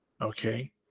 Okay